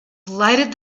lighted